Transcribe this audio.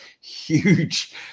huge